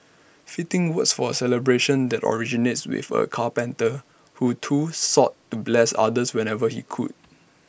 fitting words for A celebration that originates with A carpenter who too sought to bless others whenever he could